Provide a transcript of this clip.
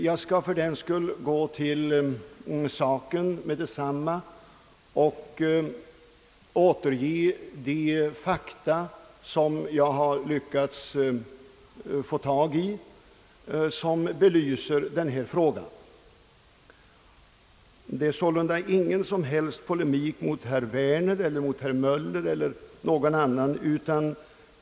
Jag skall fördenskull gå till saken med detsamma och återge de fakta jag har lyckats samla och som belyser denna fråga. Det är sålunda ingen som helst polemik mot herr Werner, herr Möller eller någon annan.